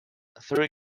three